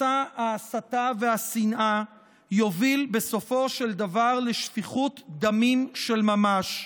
מסע ההסתה והשנאה יוביל בסופו של דבר לשפיכות דמים של ממש.